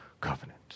covenant